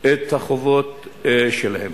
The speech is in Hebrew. את החובות שלהם?